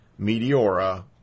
Meteora